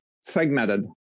segmented